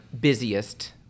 busiest